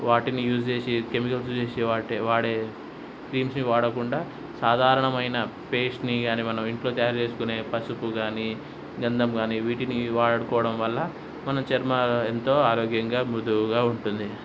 వాటిని యూస్ చేసి chemicals use చేసి వాటే వాడే క్రీమ్స్ని వాడకుండా సాధారణమైన పేస్ట్ని కాని మనం ఇంట్లో తయారు చేసుకునే పసుపు కాని గంధం కాని వీటిని వాడుకోవడం వల్ల మనం చర్మ ఎంతో ఆరోగ్యంగా మృదువుగా ఉంటుంది